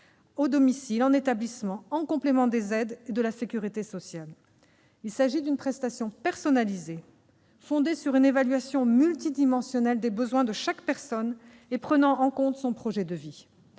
à domicile et en établissement, en complément des aides de la sécurité sociale. Il s'agit d'une prestation personnalisée, fondée sur une évaluation multidimensionnelle des besoins de chaque personne et prenant en compte son projet de vie.